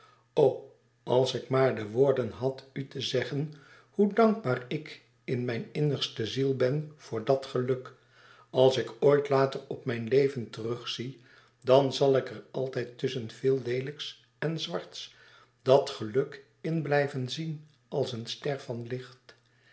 als ik maar de woorden had u te zeggen hoe dankbaar ik in mijn innigste ziel ben voor dat geluk als ik ooit later op mijn leven terugzie dan zal ik er altijd tusschen veel leelijks en zwarts dàt geluk in blijven zien als een ster van licht